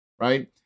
right